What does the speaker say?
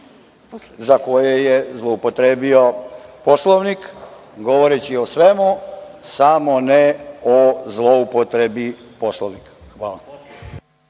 za koje je zloupotrebio Poslovnik, govoreći o svemu samo ne o zloupotrebi Poslovnika. Hvala.